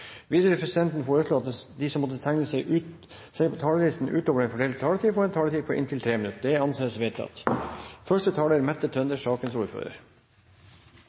Videre vil presidenten foreslå at de som måtte tegne seg på talerlisten utover den fordelte taletid, får en taletid på inntil 3 minutter. – Det anses vedtatt.